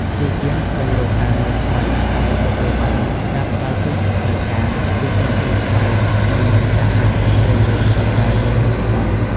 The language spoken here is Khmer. ព្យាយាម ស្វែងរកការងារថ្មី ហើយ ទទួលបានការផ្តល់ជូនជាផ្លូវការ ពីក្រុមហ៊ុនថ្មី មុននឹងដាក់លិខិតលាលែងពីការងារបច្ចុប្បន្ន។